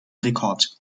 rekord